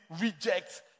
reject